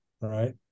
right